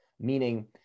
Meaning